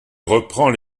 reprend